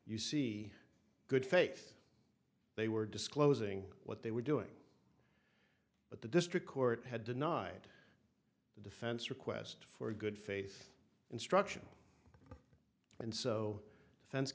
you see good faith they were disclosing what they were doing but the district court had denied the defense request for a good faith instruction and so